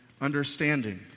understanding